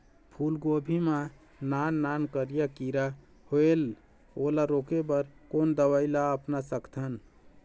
फूलगोभी मा नान नान करिया किरा होयेल ओला रोके बर कोन दवई ला अपना सकथन?